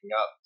up